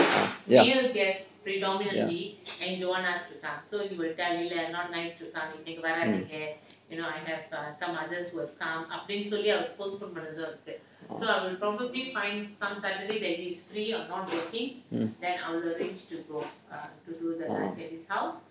ya ya